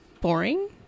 boring